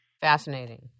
Fascinating